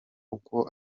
uko